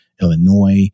Illinois